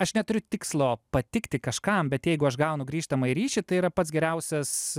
aš neturiu tikslo patikti kažkam bet jeigu aš gaunu grįžtamąjį ryšį tai yra pats geriausias